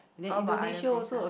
what about other places